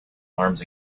arms